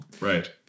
Right